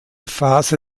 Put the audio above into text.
phase